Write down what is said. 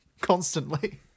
constantly